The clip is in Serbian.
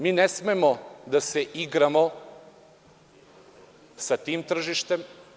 Mi ne smemo da se igramo sa tim tržištem.